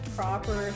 proper